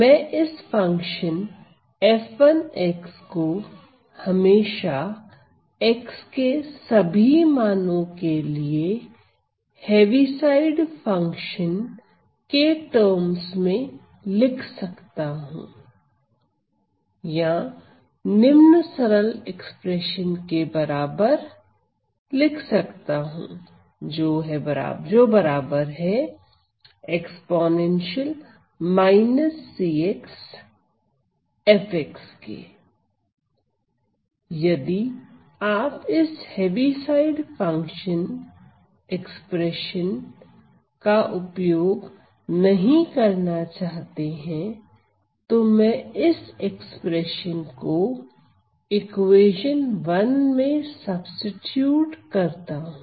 मैं इस function f1 को हमेशा x के सभी मानो के लिए हैवी साइड फंक्शन के टर्म्स में लिख सकता हूं या निम्न सरल एक्सप्रेशन के बराबर होता है यदि आप इस हेविसाइड फंक्शन एक्सप्रेशन का उपयोग नहीं करना चाहते हैं तो मैं इस एक्सप्रेशन को इक्वेशन में सब्सीट्यूट करता हूं